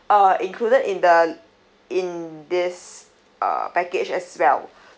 uh included in the in this uh package as well